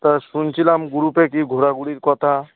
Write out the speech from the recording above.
তা শুনছিলাম গ্রুপে কি ঘোরাঘুরির কথা